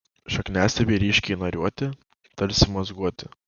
šakniastiebiai ryškiai nariuoti tarsi mazguoti